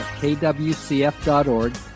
kwcf.org